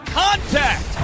contact